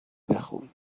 بخون